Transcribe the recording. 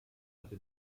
hatte